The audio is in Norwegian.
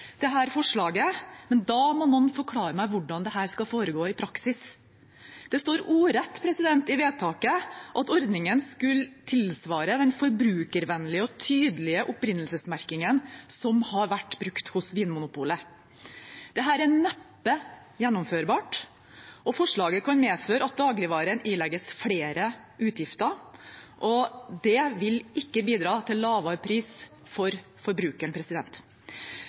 forslaget, men da må man forklare meg hvordan dette skal foregå i praksis. Det står ordrett i forslaget at ordningen skal tilsvare «den forbrukervennlige og tydelige opprinnelsesmerkingen som har vært brukt hos Vinmonopolet». Dette er neppe gjennomførbart, og forslaget kan medføre at dagligvarehandelen ilegges flere utgifter. Det vil ikke bidra til lavere pris for forbrukeren.